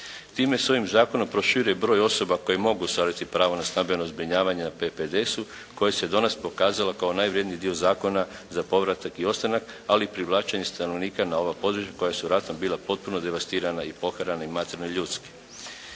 Time se ovim zakonom proširuje broj osoba koje mogu ostvariti pravo na stambeno zbrinjavanje na PPDS-u koje se danas pokazalo kao najvrijedniji dio zakona za povratak i ostanak ali i privlačenje stanovnika na ova područja koja su ratom bila potpuno devastirana i poharana i materijalno i ljudski.